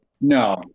no